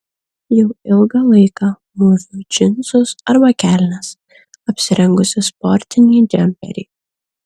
jau ilgą laiką mūviu džinsus arba kelnes apsirengusi sportinį džemperį